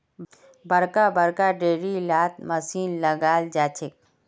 बड़का बड़का डेयरी लात मशीन लगाल जाछेक